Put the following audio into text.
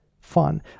fun